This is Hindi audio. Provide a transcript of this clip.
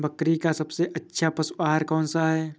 बकरी का सबसे अच्छा पशु आहार कौन सा है?